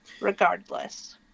regardless